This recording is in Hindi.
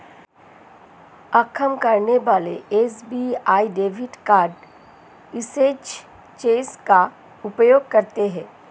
अक्षम करने वाले SBI debit card usage change का उपयोग करें